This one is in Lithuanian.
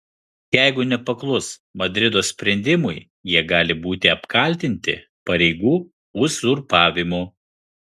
jeigu nepaklus madrido sprendimui jie gali būti apkaltinti pareigų uzurpavimu